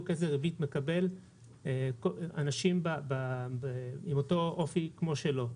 איזה ריבית מקבל אנשים עם אותו אופי כמו שלו.